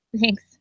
Thanks